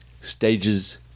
stages